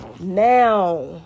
now